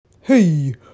Hey